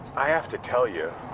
i have to tell you,